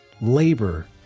labor